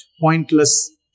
pointless